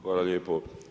Hvala lijepo.